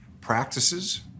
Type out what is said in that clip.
practices